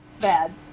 Bad